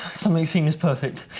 something seems perfect,